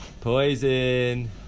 Poison